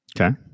Okay